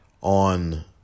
on